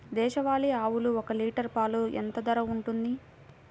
దేశవాలి ఆవులు ఒక్క లీటర్ పాలు ఎంత ధర ఉంటుంది?